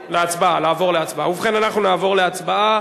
ובכן, אנחנו נעבור להצבעה.